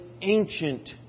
ancient